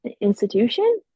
institution